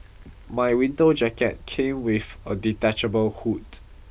my winter jacket came with a detachable hood